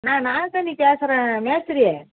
நான் நாகக்கன்னி பேசுறேன் மேஸ்திரி